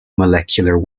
molecular